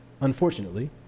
unfortunately